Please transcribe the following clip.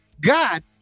God